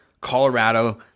Colorado